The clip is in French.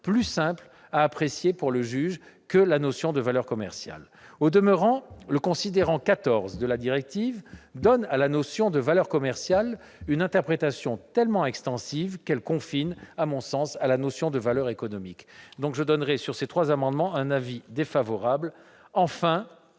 plus simple à apprécier pour le juge que celle de « valeur commerciale ». Au demeurant, le considérant 14 de la directive donne à la notion de valeur commerciale une interprétation tellement extensive qu'elle confine à la notion de valeur économique. La commission a donc émis un avis défavorable